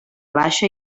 baixa